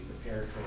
prepared